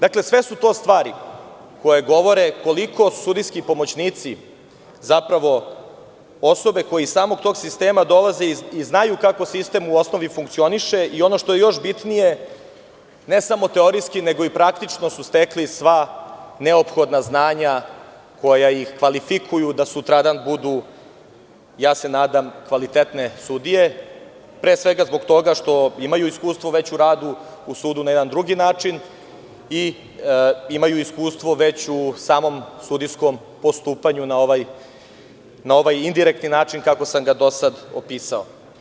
Dakle, sve su to stvari koje govore koliko sudijski pomoćnici, osobe koje iz samog tog sistema dolaze i znaju kako taj sistem funkcioniše i ono što je još bitnije, ne samo teoretski nego i praktično, je da su stekli sva neophodna znanja koja ih kvalifikuju da sutradan budu, nadam se, sudije, pre svega zbog toga što imaju iskustvo u radu u sudu na jedan drugi način i imaju iskustvo već u samom sudijskom postupanju na ovaj indirektni način, kako sam ga do sada opisao.